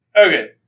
Okay